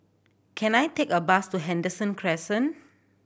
can I take a bus to Henderson Crescent